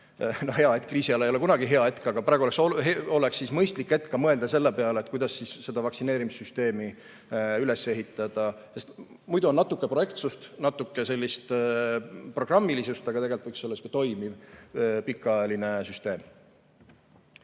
hea hetk – kriisi ajal ei ole kunagi hea hetk, aga praegu oleks mõistlik hetk – mõelda selle peale, kuidas seda vaktsineerimissüsteemi üles ehitada. Muidu on natuke projektsust, natuke sellist programmilisust, aga tegelikult võiks olla toimiv pikaajaline süsteem.